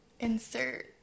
insert